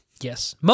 yes